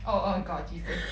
oh oh god jesus